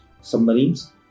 submarines